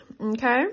okay